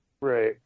Right